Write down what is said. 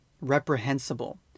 reprehensible